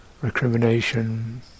recrimination